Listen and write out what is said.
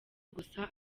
gusa